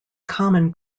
common